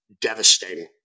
devastating